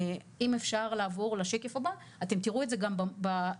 אם אפשר לעבור לשקף הבא, אתם תראו את זה גם בגרף.